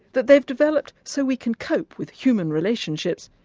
that they've developed so we can cope with human relationships,